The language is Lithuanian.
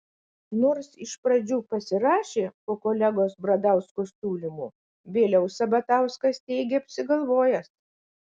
nors iš pradžių pasirašė po kolegos bradausko siūlymu vėliau sabatauskas teigė apsigalvojęs